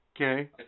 okay